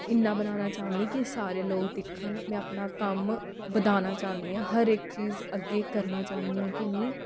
इ'यां बनाना चाह्न्नी कि सारे लोक दिक्खन में अपना कम्म बधाना चाह्न्नी आं हर इक चीज अग्गें करना चाह्न्नी आं कि मि